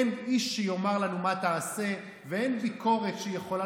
אין איש שיאמר לנו מה לעשות ואין ביקורת שיכולה